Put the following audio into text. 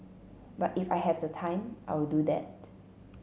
but if I have the time I'll do that